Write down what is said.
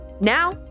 Now